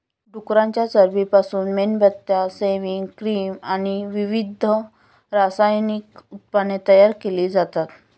डुकराच्या चरबीपासून मेणबत्त्या, सेव्हिंग क्रीम आणि विविध रासायनिक उत्पादने तयार केली जातात